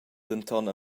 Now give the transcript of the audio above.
denton